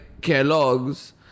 Kellogg's